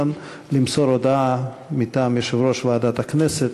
למסור הודעה מטעם יושב-ראש ועדת הכנסת,